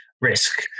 risk